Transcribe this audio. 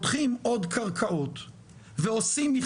ולפחות אתה ואני כן